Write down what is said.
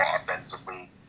offensively